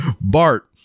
Bart